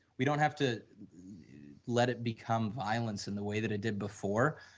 we don't have to let it become violence in the way that it did before,